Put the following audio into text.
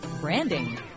branding